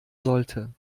sollte